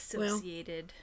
associated